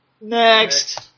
Next